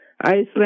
Iceland